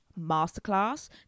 masterclass